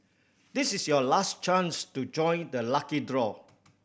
this is your last chance to join the lucky draw